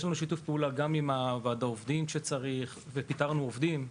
יש לנו שיתוף פעולה גם עם ועד העובדים ועם ההסתדרות,